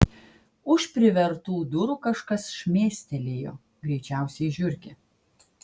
už privertų durų kažkas šmėstelėjo greičiausiai žiurkė